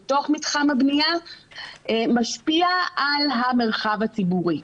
בתוך מתחם הבנייה משפיע על המרחב הציבורי.